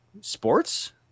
Sports